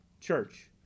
church